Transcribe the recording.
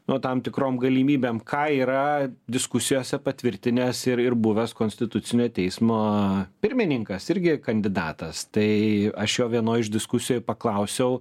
nu tam tikrom galimybėm ką yra diskusijose patvirtinęs ir ir buvęs konstitucinio teismo pirmininkas irgi kandidatas tai aš jo vienoj iš diskusijoj paklausiau